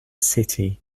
city